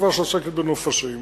חברה שעוסקת בנופשים.